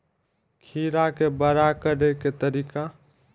खीरा के बड़ा करे के तरीका?